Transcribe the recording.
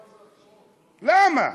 למה?